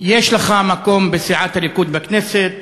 יש לך מקום בסיעת הליכוד בכנסת.